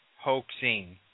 hoaxing